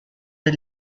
the